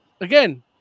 Again